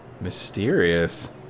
mysterious